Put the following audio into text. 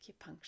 acupuncture